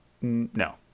No